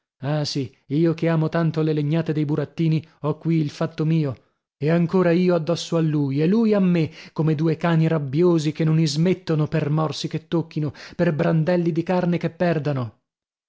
ah sì io che amo tanto le legnate dei burattini ho qui il fatto mio e ancora io addosso a lui e lui a me come due cani rabbiosi che non ismettono per morsi che tocchino per brandelli di carne che perdano